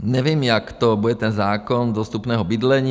Nevím, jak to bude, ten zákon dostupného bydlení.